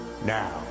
Now